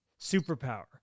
superpower